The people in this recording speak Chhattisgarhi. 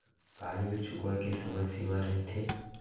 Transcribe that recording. का ऋण चुकोय के समय सीमा रहिथे?